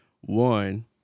One